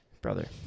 Brother